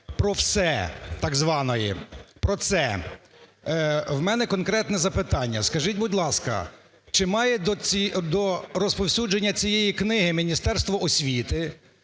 "Про все" так званої, "про це". В мене конкретне запитання. Скажіть, будь ласка, чи має до розповсюдження цієї книги Міністерство освіти?